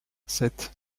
sept